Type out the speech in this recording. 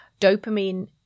dopamine